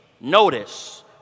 Notice